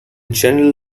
general